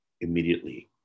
immediately